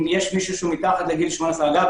אם יש מישהו מתחת לגיל אגב,